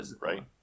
right